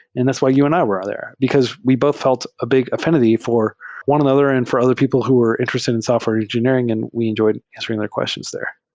and that's why you and i were out there, because we both felt a big affinity for one another and for other people who were interested in software engineering and we enjoyed answering their questions there.